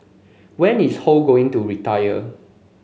when is Ho going to retire